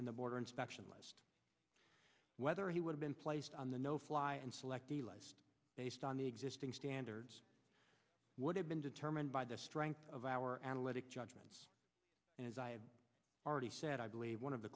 and the border inspection list whether he would have been placed on the no fly and selectee life based on the existing standards would have been determined by the strength of our analytic judgments and as i have already said i believe one of the